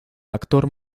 actor